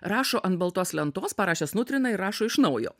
rašo ant baltos lentos parašęs nutrina ir rašo iš naujo